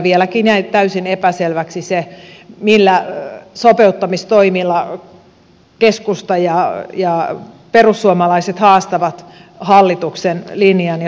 vieläkin jäi täysin epäselväksi se millä sopeuttamistoimilla keskusta ja perussuomalaiset haastavat hallituksen linjan ja toivottavasti se jatkossa kuullaan